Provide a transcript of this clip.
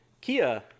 Kia